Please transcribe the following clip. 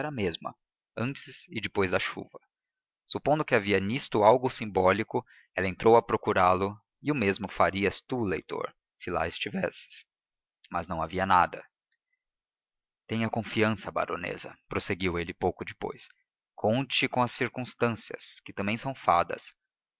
mesma antes e depois da chuva supondo que havia nisto algo simbólico ela entrou a procurá-lo e o mesmo farias tu leitor se lá estivesses mas não havia nada tenha confiança baronesa prosseguiu ele pouco depois conte com as circunstâncias que também são fadas